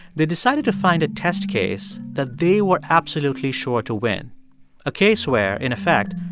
they decided to find a test case that they were absolutely sure to win a case where, in effect,